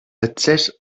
accés